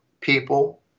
people